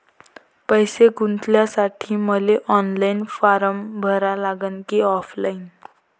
पैसे गुंतन्यासाठी मले ऑनलाईन फारम भरा लागन की ऑफलाईन?